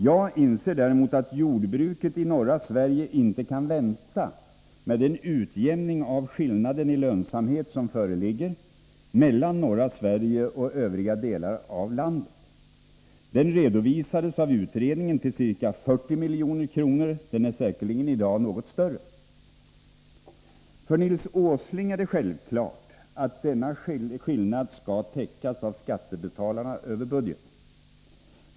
Jag inser däremot att jordbruket i norra Sverige inte kan vänta med den utjämning av skillnaden i lönsamhet som föreligger mellan norra Sverige och övriga delar av landet. Utredningen redovisade att skillnaden var ca 40 milj.kr. Den är i dag säkerligen något större. För Nils Åsling är det självklart att denna skillnad skall täckas av skattebetalarna över budgeten.